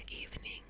evening